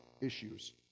issues